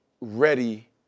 ready